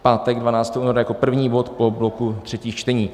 Pátek 12. února jako první bod po bloku třetích čtení.